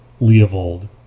leovold